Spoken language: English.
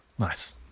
Nice